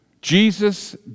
Jesus